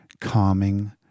calming